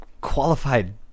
qualified